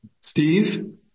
Steve